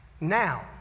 now